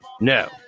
No